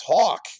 talk